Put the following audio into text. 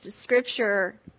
scripture